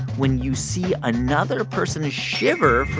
when you see another person shiver from